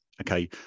Okay